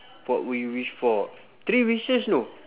what would you wish for three wishes know